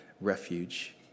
Refuge